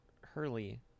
Hurley